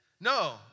No